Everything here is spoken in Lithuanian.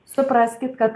supraskit kad